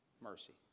mercy